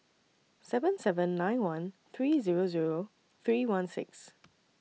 seven seven nine one three Zero Zero three one six